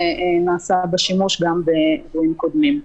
ונעשה בה שימוש גם באירועים קודמים.